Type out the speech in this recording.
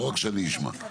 לא רק שאני אשמע.